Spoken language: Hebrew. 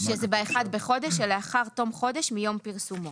זה ב-1 בחודש שלאחר תום חודש מיום פרסומו.